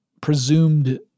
presumed